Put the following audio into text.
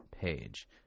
page